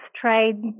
trade